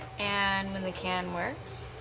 and when the can works?